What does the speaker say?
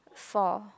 four